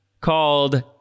called